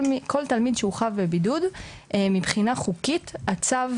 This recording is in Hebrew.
כל תלמיד שהוא חב בבידוד מבחינה חוקית הצו